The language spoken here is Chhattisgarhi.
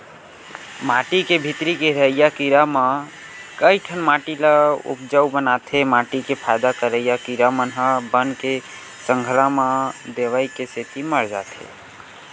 माटी के भीतरी के रहइया कीरा म कइठन माटी ल उपजउ बनाथे माटी के फायदा करइया कीरा मन ह बन के संघरा म दवई के सेती मर जाथे